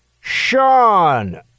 Sean